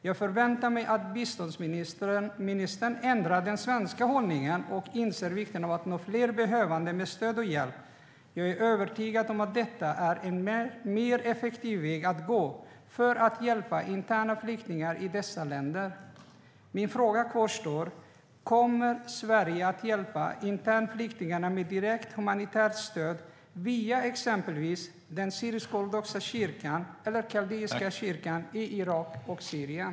Jag förväntar mig att biståndsministern ändrar den svenska hållningen och inser vikten av att nå fler behövande med stöd och hjälp. Jag är övertygad om att detta är en mer effektiv väg att gå för att hjälpa interna flyktingar i dessa länder. Min fråga kvarstår: Kommer Sverige att hjälpa internflyktingarna med direkt humanitärt stöd via exempelvis den syrisk-ortodoxa eller kaldeiska kyrkan i Irak och Syrien?